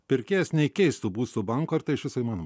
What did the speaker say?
pirkėjas neįkeistų būsto bankui ar tai iš viso įmanoma